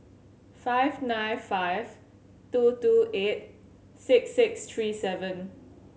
five nine five two two eight six six three seven